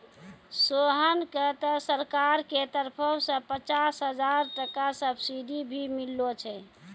सोहन कॅ त सरकार के तरफो सॅ पचास हजार टका सब्सिडी भी मिललो छै